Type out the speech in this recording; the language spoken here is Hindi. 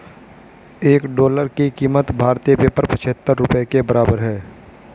एक डॉलर की कीमत भारतीय पेपर पचहत्तर रुपए के बराबर है